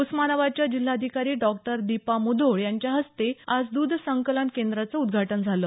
उस्मानाबादच्या जिल्हाधिकारी डॉक्टर दीपा मुधोळ यांच्या हस्ते आज द्ध संकलन केंद्राचं उदघाटन झालं